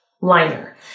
liner